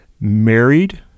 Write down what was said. Married